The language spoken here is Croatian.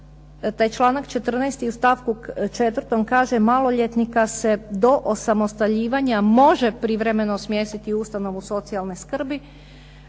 taj članak 14. u stavku 4. kaže maloljetnika se do osamostaljivanja može privremeno smjestiti u ustanovu socijalne skrbi.